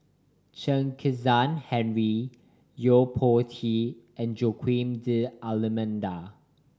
Chen Kezhan Henri Yo Po Tee and Joaquim D'Almeida